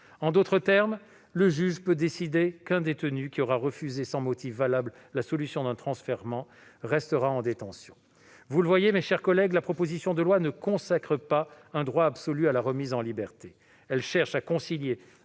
En d'autres termes, le juge peut décider qu'un détenu qui aura refusé sans motif valable la solution d'un transfèrement restera en détention. Vous le voyez, mes chers collègues, la proposition de loi ne consacre pas un droit absolu à la remise en liberté. Elle cherche à concilier